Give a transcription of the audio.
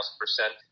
percent